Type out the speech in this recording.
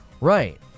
right